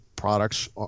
products